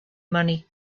money